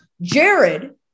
Jared